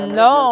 no